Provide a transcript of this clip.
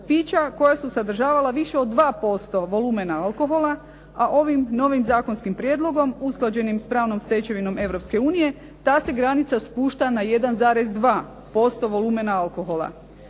koja su sadržavala više od 2% volumena alkohola, a ovim novim zakonskim prijedlogom usklađenim s pravnom stečevinom Europske unije ta se granica spušta na 1,2% volumena alkohola.